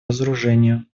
разоружению